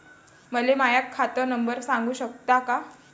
मले माह्या खात नंबर सांगु सकता का?